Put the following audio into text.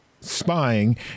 spying